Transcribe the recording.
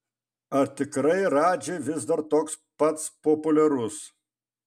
ar tikrai radži vis dar toks pats populiarus